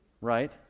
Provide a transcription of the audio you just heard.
Right